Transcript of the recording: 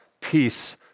peace